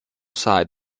side